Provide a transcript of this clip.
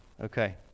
Okay